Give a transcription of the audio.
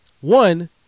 One